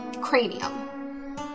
cranium